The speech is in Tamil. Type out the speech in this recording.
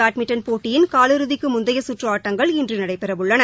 பேட்மிண்டன் போட்டியின் காலிறுதிக்கு முந்தைய சுற்று ஆட்டங்கள் டென்மார்க் இன்று நடைபெறவுள்ளன